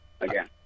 again